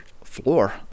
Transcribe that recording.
floor